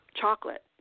Chocolate